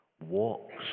walks